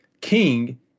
King